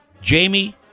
Jamie